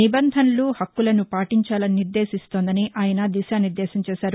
నిబంధనలు హక్కులను పాటించాలని నిర్దేశిస్తోందని ఆయన దిశానిర్దేశం చేశారు